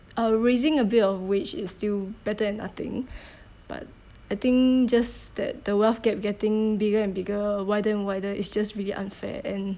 uh raising a bit of wage is still better than nothing but I think just that the wealth gap getting bigger and bigger wider wider it's just really unfair and